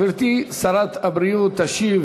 גברתי שרת הבריאות תשיב